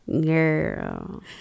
Girl